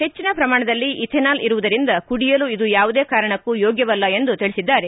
ಹೆಚ್ಚನ ಪ್ರಮಾಣದಲ್ಲಿ ಇಥೆನಾಲ್ ಇರುವುದರಿಂದ ಕುಡಿಯಲು ಇದು ಯಾವುದೇ ಕಾರಣಕ್ಕೂ ಯೋಗ್ಭವಲ್ಲ ಎಂದು ತಿಳಿಸಿದ್ದಾರೆ